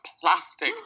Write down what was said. plastic